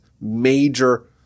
major